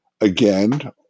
again